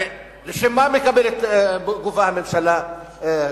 הרי לשם מה גובה הממשלה מסים?